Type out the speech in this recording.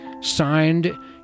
Signed